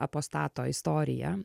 apostato istoriją